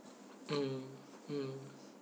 mm mm